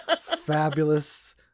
fabulous